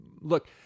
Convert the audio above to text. look